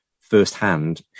firsthand